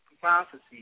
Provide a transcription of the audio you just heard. prophecy